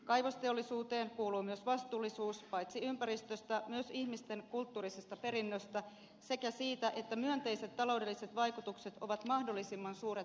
kaivosteollisuuteen kuuluu myös vastuullisuus paitsi ympäristöstä myös ihmisten kulttuurisesta perinnöstä sekä siitä että myönteiset taloudelliset vaikutukset ovat mahdollisimman suuret paikallisille